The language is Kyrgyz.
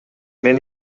мен